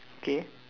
K